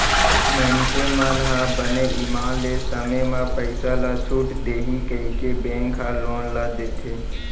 मइनसे मन ह बने ईमान ले समे म पइसा ल छूट देही कहिके बेंक ह लोन ल देथे